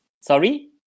sorry